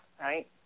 right